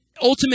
ultimate